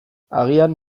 agian